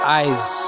eyes